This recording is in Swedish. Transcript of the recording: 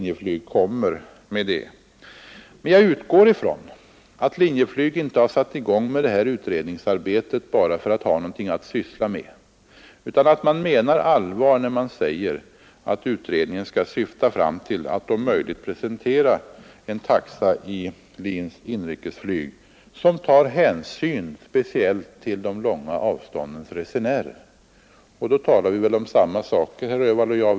Jag utgår ifrån att Linjeflyg inte har satt i gång utredningsarbetet bara för att ha någonting att syssla med utan att man menar allvar när man säger att utredningen skall syfta fram till att om möjligt presentera en taxa för LIN:s inrikesflyg, som tar hänsyn speciellt till de långa avståndens resenärer. Då talar vi väl om samma saker, herr Öhvall och jag.